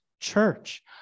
church